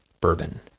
bourbon